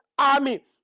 army